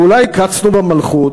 ואולי קצנו במלכות?